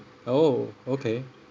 oh okay